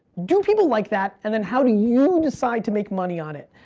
do people like that, and then how do you decide to make money on it?